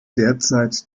derzeit